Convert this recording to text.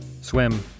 swim